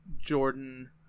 Jordan